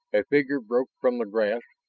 a figure broke from the grass,